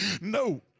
no